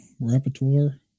Repertoire